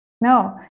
No